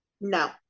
No